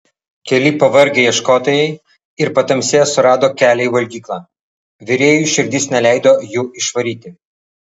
keli pavargę ieškotojai ir patamsyje surado kelią į valgyklą virėjui širdis neleido jų išvaryti